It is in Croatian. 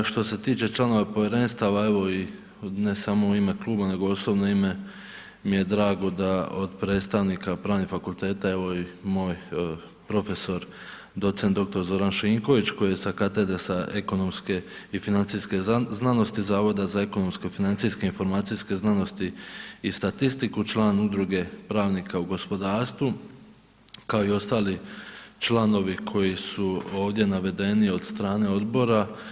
Što se tiče članova povjerenstava, evo i, ne samo u ime kluba, nego osobno ime mi je drago da od predstavnika pravnih fakulteta, evo i moj profesor, doc.dr. Zoran Šinković, koji je sa katedre sa ekonomske i financijske znanosti Zavoda za ekonomsko i financijske, informacijske znanosti i statistiku, član udruga pravnika u gospodarstvu, kao i ostali članovi koji su ovdje navedeni od strane odbora.